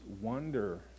wonder